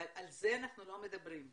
אבל על זה אנחנו לא מדברים,